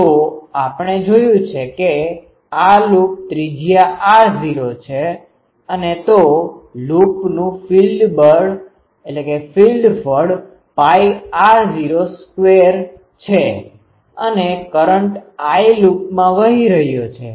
તો આપણે જોયું છે કે આ લૂપ ત્રિજ્યા r0 છે અને તો લૂપનું ફિલ્ડફળ π∙r02 પાય r0 નો વર્ગ છે અને કરંટ I લૂપમાં વહી રહ્યો છે